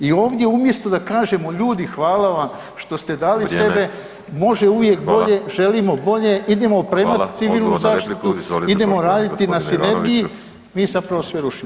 I ovdje umjesto da kažemo ljudi hvala vam što ste dali [[Upadica: Vrijeme.]] sebe može uvijek bolje, želimo bolje, idemo opremat civilnu zaštitu, idemo raditi na sinergiji mi zapravo sve rušimo.